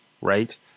right